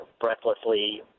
breathlessly